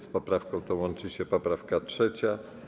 Z poprawką tą łączy się poprawka 3.